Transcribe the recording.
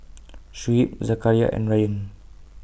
Shuib Zakaria and Ryan